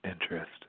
interest